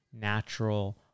natural